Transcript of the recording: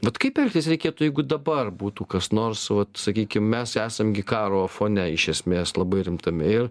vat kaip elgtis reikėtų jeigu dabar būtų kas nors vat sakykim mes esam gi karo fone iš esmės labai rimtame ir